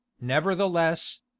nevertheless